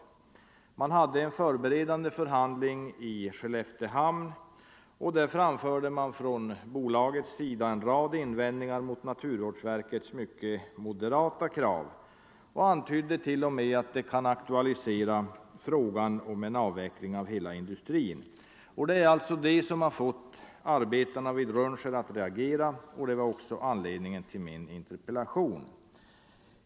Vid en förberedande förhandling i Skelleftehamn framförde man från bolagets sida en rad invändningar mot naturvårdsverkets mycket moderata krav och antydde t.o.m. att det kan aktualisera frågan om en avveckling av hela industrin. Det är detta som har fått arbetarna vid Rönnskär att reagera, och det var också anledningen till min interpellation.